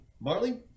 Marley